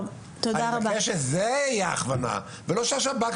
אני מבקש שזאת תהיה ההכוונה, לא להטיל על השב"כ.